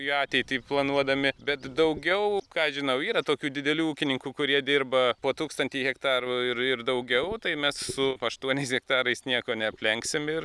į ateitį planuodami bet daugiau ką aš žinau yra tokių didelių ūkininkų kurie dirba po tūkstantį hektarų ir ir ir daugiau tai mes su aštuoniais hektarais nieko neaplenksim ir